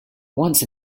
once